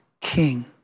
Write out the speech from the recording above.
king